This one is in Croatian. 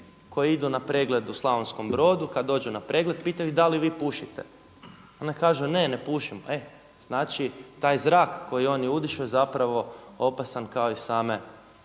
koje idu na pregled u Slavonskom Brodu kad dođu na pregled pitaju ih da li vi pušite. Ona kaže ne, ne pušim, znači taj zrak koji oni udišu je zapravo opasan kao i same cigarete